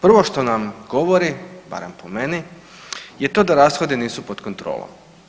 Prvo što nam govori barem po meni je to da rashodi nisu pod kontrolom.